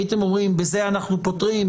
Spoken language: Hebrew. הייתם אומרים שבזה אנחנו פותרים,